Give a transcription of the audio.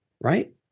right